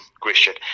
question